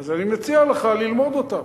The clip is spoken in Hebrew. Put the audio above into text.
אז אני מציע לך ללמוד אותן.